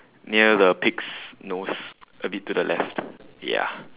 near the pig's nose a bit to the left ya